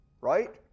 right